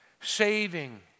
saving